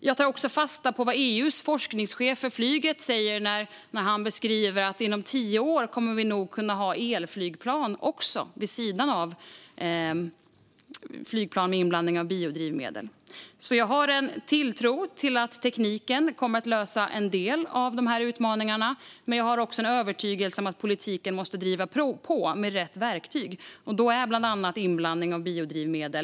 Jag tar också fasta på vad EU:s forskningschef för flyget säger. Han beskriver att vi inom tio år nog kommer att kunna ha elflygplan också, vid sidan av flygplan med inblandning av biodrivmedel. Jag har en tilltro till att tekniken kommer att lösa en del av utmaningarna, men jag har också en övertygelse om att politiken måste driva på med rätt verktyg. En väg är då bland annat inblandning av biodrivmedel.